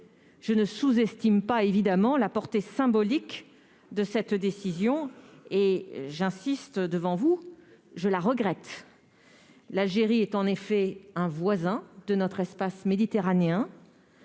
je ne sous-estime pas, évidemment, la portée symbolique de cette décision et, j'insiste devant vous, je la regrette. L'Algérie est en effet un voisin de notre espace méditerranéen,